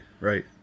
Right